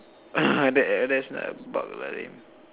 !huh! there there's not about it